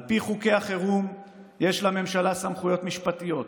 על פי חוקי החירום יש לממשלה סמכויות משפטיות.